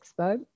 Expo